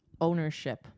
ownership